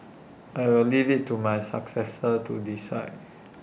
I will leave IT to my successor to decide